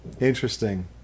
interesting